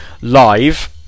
live